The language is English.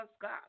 God